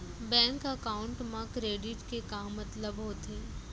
Bank account मा credit के का मतलब होथे?